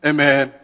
Amen